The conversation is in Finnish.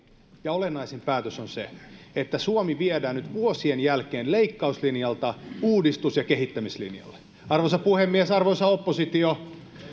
ja olennaisin päätös on se että suomi viedään nyt vuosien jälkeen leikkauslinjalta uudistus ja kehittämislinjalle arvoisa puhemies arvoisa oppositio